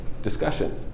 discussion